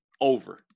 over